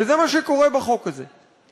וזה מה שקורה בחוק הזה.